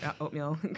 oatmeal